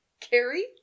Carrie